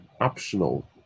optional